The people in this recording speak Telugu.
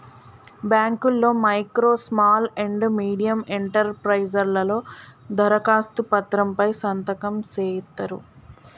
బాంకుల్లో micro small and medium enterprises లలో దరఖాస్తు పత్రం పై సంతకం సేయిత్తరు